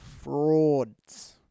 frauds